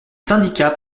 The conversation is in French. syndicats